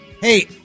Hey